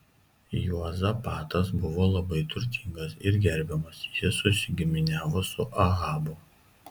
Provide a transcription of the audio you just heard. juozapatas buvo labai turtingas ir gerbiamas jis susigiminiavo su ahabu